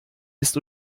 ist